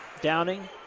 Downing